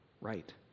right